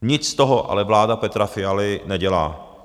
Nic z toho ale vláda Petra Fialy nedělá.